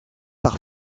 par